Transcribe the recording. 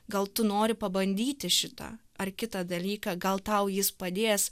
gal tu nori pabandyti šitą ar kitą dalyką gal tau jis padės